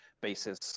basis